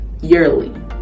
yearly